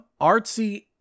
artsy